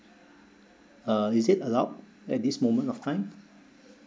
uh is it allowed at this moment of time